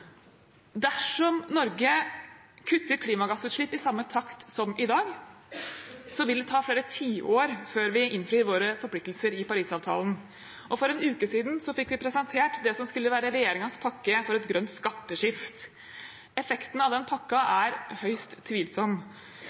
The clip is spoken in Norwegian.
Dersom Norge kutter klimagassutslipp i samme takt som i dag, vil det ta flere tiår før vi innfrir våre forpliktelser i Paris-avtalen. For en uke siden fikk vi presentert det som skulle være regjeringens pakke for et grønt skatteskifte. Effekten av den pakken er høyst tvilsom.